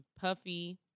Puffy